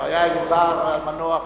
היה ענבר המנוח,